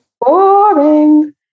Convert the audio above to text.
Boring